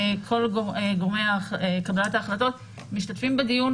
כל גורמי קבלת ההחלטות משתתפים בדיון: